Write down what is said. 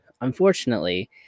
Unfortunately